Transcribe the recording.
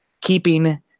keeping